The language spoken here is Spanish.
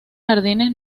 jardines